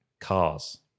cars